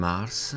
Mars